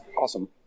awesome